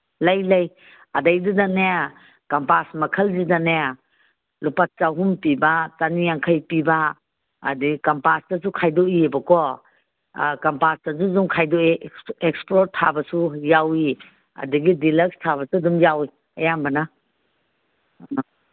ꯂꯩ ꯂꯩ ꯑꯗꯩꯗꯨꯗꯅꯦ ꯀꯝꯄꯥꯁ ꯃꯈꯜꯁꯤꯗꯅꯦ ꯂꯨꯄꯥ ꯆꯍꯨꯝ ꯄꯤꯕ ꯆꯅꯤ ꯌꯥꯡꯈꯩ ꯄꯤꯕ ꯑꯗꯒꯤ ꯀꯝꯄꯥꯁꯇꯁꯨ ꯈꯥꯏꯗꯣꯛꯏꯕꯀꯣ ꯀꯝꯄꯥꯁꯇꯁꯨ ꯑꯗꯨꯝ ꯈꯥꯏꯗꯣꯛꯏ ꯑꯦꯛꯁꯄ꯭ꯂꯣꯔ ꯊꯥꯕꯁꯨ ꯌꯥꯎꯋꯤ ꯑꯗꯒꯤ ꯗꯤꯂꯛꯁ ꯊꯥꯕꯁꯨ ꯑꯗꯨꯝ ꯌꯥꯎꯋꯤ ꯑꯌꯥꯝꯕꯅ ꯑ